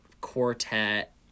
quartet